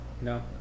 No